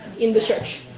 in the church.